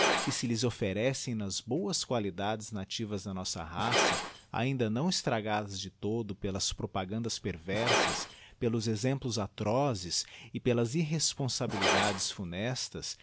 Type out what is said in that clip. que se lhes oflferecem nas boas qualidades nativas da nossa raça ainda não estragadas de todo pelas propagandas perversas pelos exemplos atrozes e pelas irresponsabilidades funestas